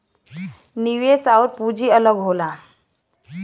निवेश आउर पूंजी अलग होला